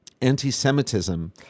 anti-semitism